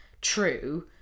true